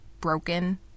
broken